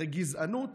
הרי גזענות